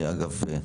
שאגב,